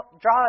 draw